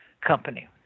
company